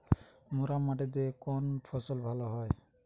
মুরাম মাটিতে কোন ফসল ভালো হয়?